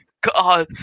God